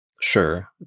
Sure